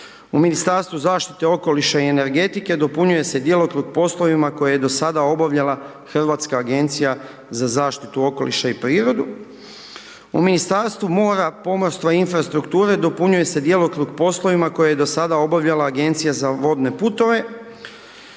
U Ministarstvu zaštite okoliša i energetike, dopunjuje se djelokrug poslovima koje je do sada obavljala Hrvatska agencija za zaštitu okoliša i prirodu. U Ministarstvu mora, pomorstva i infrastrukture dopunjuje se djelokrug poslovima koje je do sada obavljala Agencija za vodne putove.